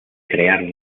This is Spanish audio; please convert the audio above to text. crear